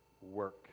work